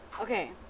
Okay